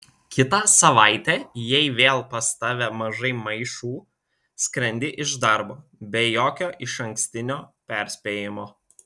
kitą savaitę jei vėl pas tave mažai maišų skrendi iš darbo be jokio išankstinio perspėjimo